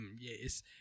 yes